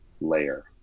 layer